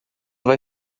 vai